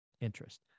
interest